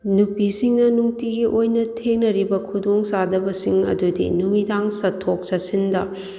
ꯅꯨꯄꯤꯁꯤꯡꯅ ꯅꯨꯡꯇꯤꯒꯤ ꯑꯣꯏꯅ ꯊꯦꯡꯅꯔꯤꯕ ꯈꯨꯗꯣꯡꯆꯥꯗꯕꯁꯤꯡ ꯑꯗꯨꯗꯤ ꯅꯨꯃꯤꯗꯥꯡ ꯆꯠꯊꯣꯛ ꯆꯠꯁꯤꯟꯗ